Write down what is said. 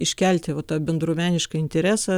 iškelti va tą bendruomenišką interesą